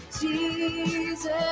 Jesus